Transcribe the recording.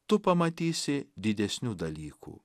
tu pamatysi didesnių dalykų